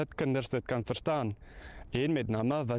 but can can understand and, with nama